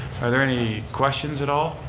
are there any questions at all?